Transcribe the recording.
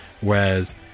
Whereas